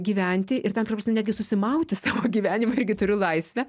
gyventi ir ten ta prasme netgi susimauti savo gyvenime irgi turiu laisvę